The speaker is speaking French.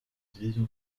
division